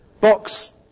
box